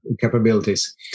capabilities